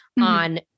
on